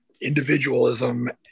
individualism